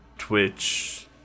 twitch